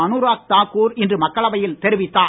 அனுராக் தாக்கூர் இன்று மக்களவையில் தெரிவித்தார்